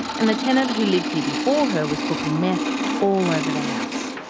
and the tenant who lived here before her was cooking meth all over the house.